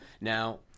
Now